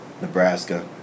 Nebraska